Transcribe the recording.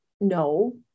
no